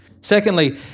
Secondly